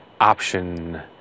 option